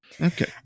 Okay